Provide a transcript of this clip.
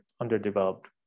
underdeveloped